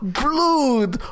blood